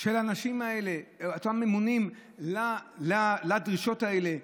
של האנשים האלה, אותם ממונים, לדרישות האלה.